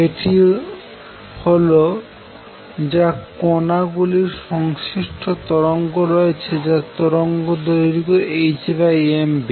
এটি হল যা কণা গুলির সংশ্লিষ্ট তরঙ্গ রয়েছে যার তরঙ্গ দৈর্ঘ্য হল hmv